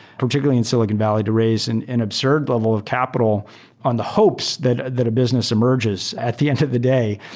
particularly in silicon valley, to raise and an absurd level of capital on the hopes that that a business emerges at the end of the day,